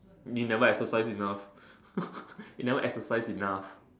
you never exercised enough you never exercised enough